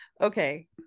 Okay